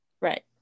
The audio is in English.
right